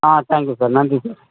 ஆ thank you sir நன்றி sir